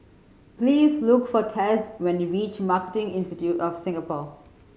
please look for Tess when you reach Marketing Institute of Singapore